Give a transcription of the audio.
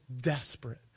desperate